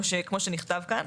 כמו שנכתב כאן.